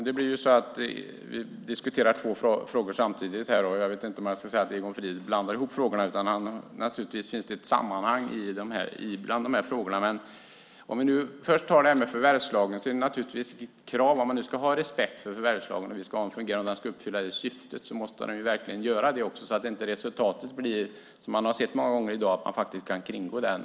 Herr talman! Vi diskuterar två frågor samtidigt. Jag vet inte om Egon Frid blandar ihop frågorna, men naturligtvis finns det ett samband. Men låt oss först ta frågan om förvärvslagen. Om man kräver att vi ska ha respekt för förvärvslagen och hur den fungerar och kräver att den uppfyller syftet måste den verkligen göra det så att resultatet inte blir, såsom vi sett många gånger i dag, att det går att kringgå den.